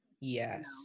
Yes